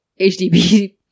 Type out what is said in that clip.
HDB